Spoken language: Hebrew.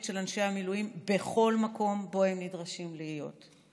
של אנשי המילואים בכל מקום שבו הם נדרשים להיות.